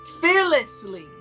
fearlessly